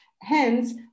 Hence